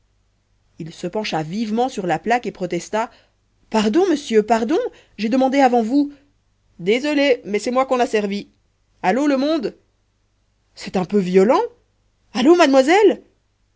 il se pencha vivement sur la plaque et protesta pardon monsieur pardon j'ai demandé avant vous désolé mais c'est moi qu'on a servi allô le monde c'est un peu violent allô mademoiselle